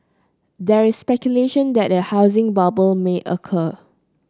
there is speculation that a housing bubble may occur